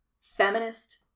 feminist